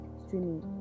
streaming